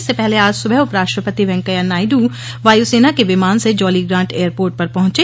इससे पहले आज सुबह उपराष्ट्रपति वेंकैया नायड् वायु सेना के विमान से जौलीग्रांट एयरपोर्ट पर पहुंचे